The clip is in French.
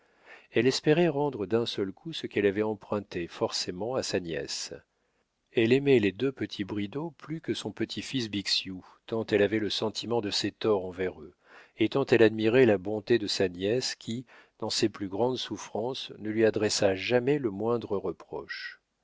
elle espérait rendre d'un seul coup ce qu'elle avait emprunté forcément à sa nièce elle aimait les deux petits bridau plus que son petit-fils bixiou tant elle avait le sentiment de ses torts envers eux et tant elle admirait la bonté de sa nièce qui dans ses plus grandes souffrances ne lui adressa jamais le moindre reproche